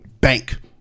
Bank